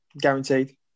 guaranteed